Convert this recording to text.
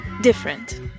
different